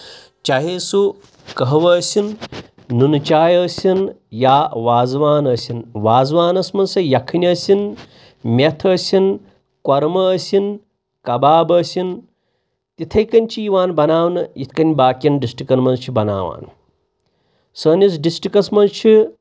چاہے سُہ کٔہوٕ ٲسِن نُنہٕ چاے ٲسِن یا وازوان ٲسِن وازوانَس منٛز سۄ یَکھٕنۍ ٲسِن مٮ۪تھ ٲسِن کۄرمہٕ ٲسِن کَباب ٲسِن تِتھَے کٔنۍ چھِ یِوان بَناونہٕ یِتھ کٔنۍ باقِیَن ڈِسٹرٛکَن منٛز چھِ بَناوان سٲنِس ڈِسٹرٛکَس منٛز چھِ